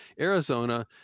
Arizona